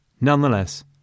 nonetheless